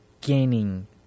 gaining